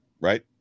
Right